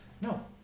No